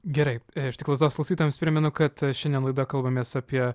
gerai aš tik lazdos klausytojams primenu kad šiandien laidoj kalbamės apie